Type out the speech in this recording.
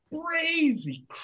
crazy